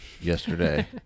yesterday